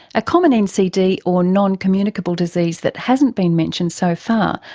a common ncd or non-communicable disease that hasn't been mentioned so far,